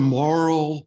moral